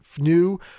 new